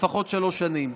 לפחות שלוש שנים.